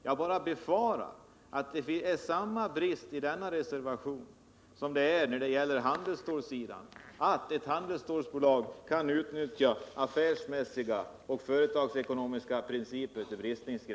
Jag beklagar bara att det är samma brist i denna reservation som vad man upplever på handelsstålsområdet, nämligen att man där utgår från att ett handelsstålsbolag till bristningsgränsen kan utnyttja affärsmässiga och företagsekonomiska principer.